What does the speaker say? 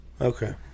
Okay